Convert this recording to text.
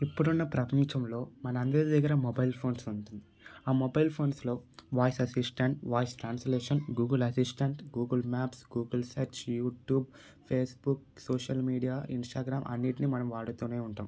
ఇప్పుడున్న ప్రపంచంలో మన అందరి దగ్గర మొబైల్ ఫోన్స్ ఉంటుంది ఆ మొబైల్ ఫోన్స్లో voice assistant voice translation Google assistant Google maps Google search YouTube Facebook social media Instagram అన్నింటిని మనం వాడుతు ఉంటాం